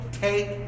take